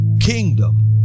kingdom